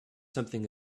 something